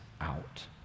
out